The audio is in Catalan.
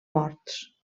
morts